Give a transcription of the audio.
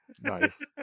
Nice